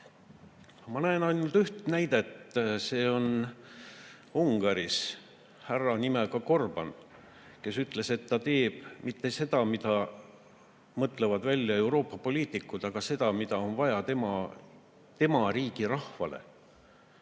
Ma näen ainult üht näidet. See on Ungaris härra nimega Orbán, kes ütles, et ta ei tee mitte seda, mida mõtlevad välja Euroopa poliitikud, vaid seda, mida on vaja tema riigi rahvale.